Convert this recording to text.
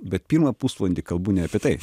bet pirmą pusvalandį kalbu ne apie tai